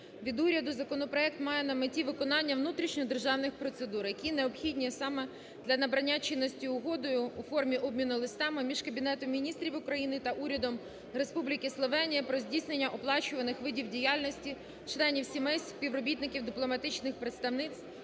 від уряду, законопроект має на меті виконання внутрішньодержавних процедур, які необхідні саме для набрання чинності Угодою (у формі обміну листами) між Кабінетом Міністрів України та Урядом Республіки Словенія про здійснення оплачуваних видів діяльності членів сімей співробітників дипломатичних представництв,